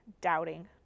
Doubting